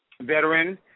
veteran